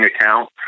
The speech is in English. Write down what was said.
account